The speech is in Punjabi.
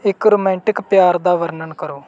ਇੱਕ ਰੋਮਾਂਟਿਕ ਪਿਆਰ ਦਾ ਵਰਣਨ ਕਰੋ